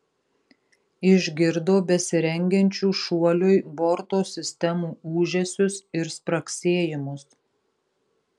išgirdo besirengiančių šuoliui borto sistemų ūžesius ir spragsėjimus